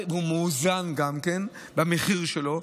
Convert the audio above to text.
והוא גם מאוזן במחיר שלו,